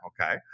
Okay